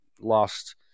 lost